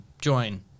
join